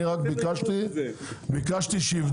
אני רק ביקשתי שיבדקו.